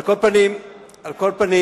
הצלת את המפד"ל, על כל פנים,